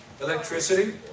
electricity